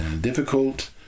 difficult